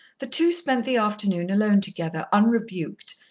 the two spent the afternoon alone together unrebuked,